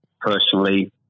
personally